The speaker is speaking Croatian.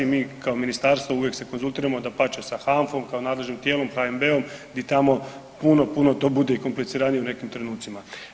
Mi kao ministarstvo uvijek se konzultiramo, dapače sa HANFA-om kao nadležnim tijelom, HNB-om di tamo puno, puno to bude kompliciranije u nekim trenucima.